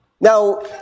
Now